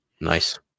Nice